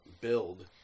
build